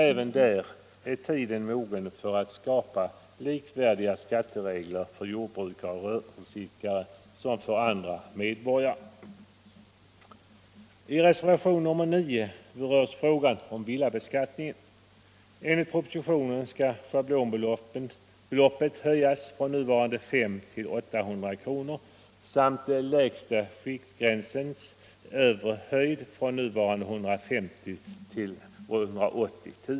Även där är tiden mogen att skapa skatteregler för jordbrukare och rörelseidkare som är likvärdiga med dem för andra medborgare.